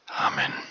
Amen